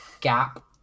gap